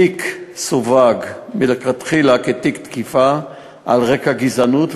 התיק סווג מלכתחילה כתיק תקיפה על רקע גזענות,